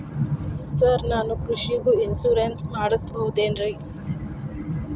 Sir ನಾನು ಕೃಷಿಗೂ insurance ಮಾಡಸಬಹುದೇನ್ರಿ?